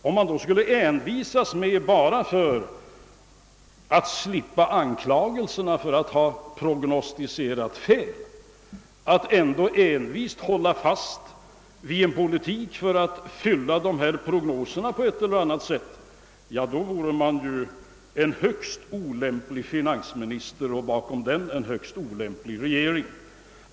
Om man då bara för att slippa anklagelserna för att ha prognostiserat fel skulle envisas med att hålla fast vid en politik som får prognoserna att slå in, så vore man en högst olämplig finansminister, bakom vilken skulle i så fall stå en högst olämplig regering.